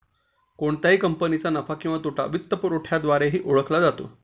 कोणत्याही कंपनीचा नफा किंवा तोटा वित्तपुरवठ्याद्वारेही ओळखला जातो